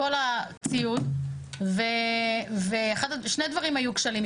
כל הציוד ושני דברים היו כשלים,